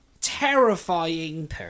terrifying